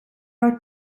are